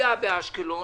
פגיעה באשקלון